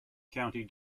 county